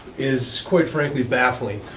is, quite frankly, baffling.